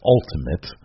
Ultimate